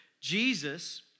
Jesus